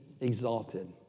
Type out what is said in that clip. exalted